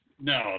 No